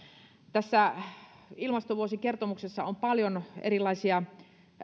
tässä ilmastovuosikertomuksessa on paljon erilaisia